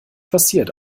passiert